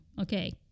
Okay